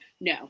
No